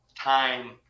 time